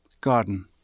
Garden